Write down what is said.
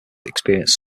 experienced